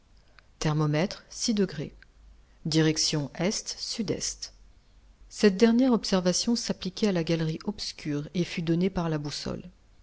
thermomètre direction e s e cette dernière observation s'appliquait à la galerie obscure et fut donnée par la boussole